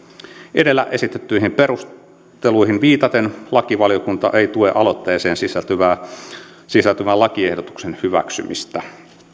edellä esitettyihin perusteluihin viitaten lakivaliokunta ei tue aloitteeseen sisältyvän sisältyvän lakiehdotuksen hyväksymistä